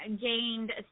gained